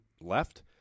left